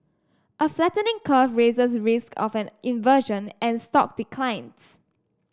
a flattening curve raises risk of an inversion and stock declines